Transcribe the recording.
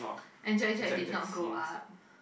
and Jack Jack did not grow up